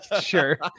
sure